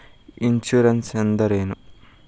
Insurance ಅಂದ್ರ ಏನು?